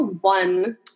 one